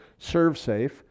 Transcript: ServeSafe